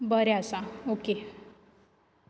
बरें आसा ओके